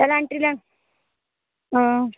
पैह्लें एंट्री ऐ आं